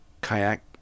kayak